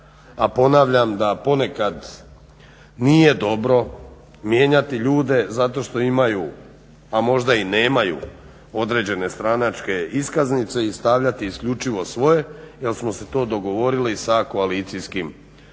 ponavljam da ponekad nije dobro mijenjati ljude zato što imaju, a možda i nemaju određene stranačke iskaznice i stavljati isključivo svoje jel smo se to dogovorili sa koalicijskim partnerima.